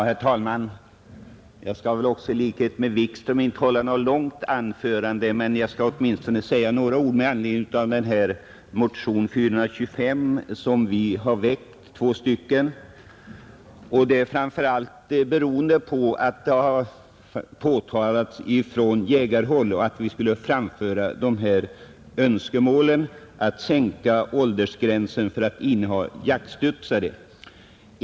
Herr talman! I likhet med herr Wikström skall väl också jag avstå från att hålla något långt anförande, men jag skall åtminstone säga några ord med anledning av motionen 425 som vi, två ledamöter, har väckt. Det 105 beror framför allt på att det från jägarhåll har begärts att vi skulle framföra önskemålet att sänka åldersgränsen för innehav av jaktstudsare.